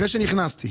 אחרי שנכנסתי,